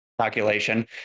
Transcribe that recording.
calculation